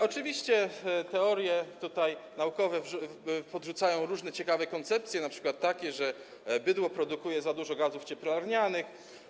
Oczywiście teorie naukowe podrzucają różne ciekawe koncepcje, np. takie, że bydło produkuje za dużo gazów cieplarnianych.